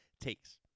Takes